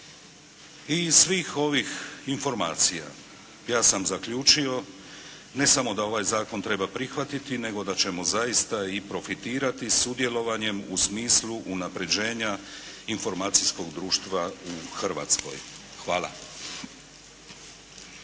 iz svih ovih informacija ja sam zaključio ne samo da ovaj zakon treba prihvatiti nego da ćemo zaista i profitirati sudjelovanjem u smislu unapređenja informacijskog društva u Hrvatskoj. Hvala.